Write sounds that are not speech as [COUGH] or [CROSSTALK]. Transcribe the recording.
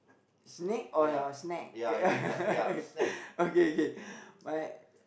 snake or your snack [LAUGHS] okay okay my